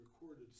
recorded